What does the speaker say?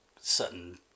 certain